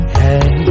hey